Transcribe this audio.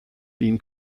been